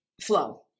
flow